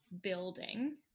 building